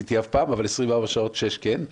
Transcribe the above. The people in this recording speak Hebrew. ניסיתי אף פעם, אבל 24 שעות שישה ימים כן.